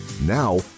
Now